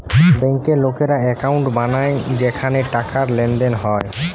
বেঙ্কে লোকেরা একাউন্ট বানায় যেখানে টাকার লেনদেন হয়